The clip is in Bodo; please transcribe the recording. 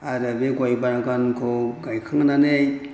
आरो बे गय बागानखौ आं गायखांनानै